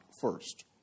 first